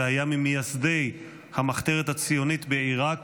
היה ממייסדי המחתרת הציונית בעיראק